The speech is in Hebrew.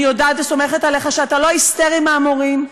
אני יודעת וסומכת עליך שאתה לא היסטרי מהמורים,